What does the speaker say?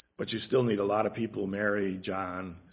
but you still need a lot of people mary, john,